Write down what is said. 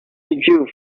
you